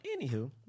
Anywho